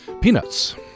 Peanuts